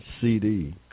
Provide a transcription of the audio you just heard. CD